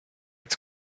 its